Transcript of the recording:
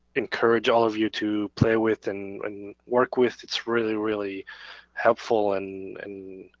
encourage all of you to play with and and work with. it's really, really helpful and